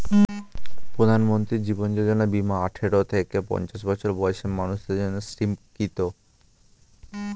প্রধানমন্ত্রী জীবন যোজনা বীমা আঠারো থেকে পঞ্চাশ বছর বয়সের মানুষদের জন্য স্বীকৃত